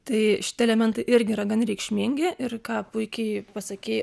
tai šitie elementai irgi yra gan reikšmingi ir ką puikiai pasakei